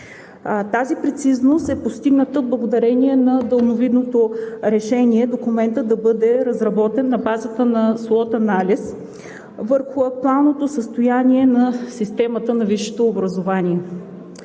Тази прецизност е постигната благодарение на далновидното решение документът да бъде разработен на базата на слот анализ върху актуалното състояние на системата на висшето образование.